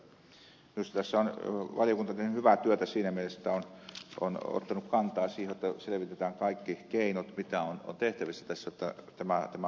minusta tässä on valiokunta tehnyt hyvää työtä siinä mielessä että on ottanut kantaa siihen jotta selvitetään kaikki keinot mitä on tehtävissä tässä jotta tämä homma hoituisi